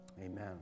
Amen